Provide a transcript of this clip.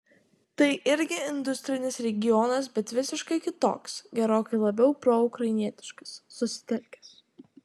tai irgi industrinis regionas bet visiškai kitoks gerokai labiau proukrainietiškas susitelkęs